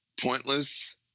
pointless